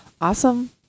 Awesome